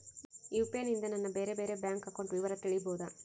UPI ನಿಂದ ನನ್ನ ಬೇರೆ ಬೇರೆ ಬ್ಯಾಂಕ್ ಅಕೌಂಟ್ ವಿವರ ತಿಳೇಬೋದ?